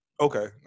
Okay